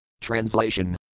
Translation